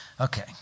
Okay